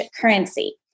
currency